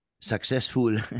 successful